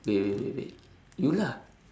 wait wait wait you lah